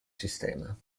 sistema